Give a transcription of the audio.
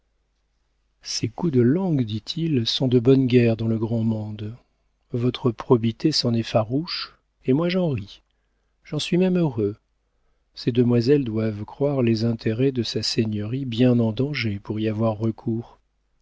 ces coups de langue dit-il sont de bonne guerre dans le grand monde votre probité s'en effarouche et moi j'en ris j'en suis même heureux ces demoiselles doivent croire les intérêts de sa seigneurie bien en danger pour y avoir recours